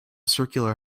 circular